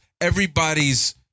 everybody's